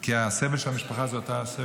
כי הסבל של המשפחה זה אותו הסבל.